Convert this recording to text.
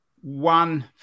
one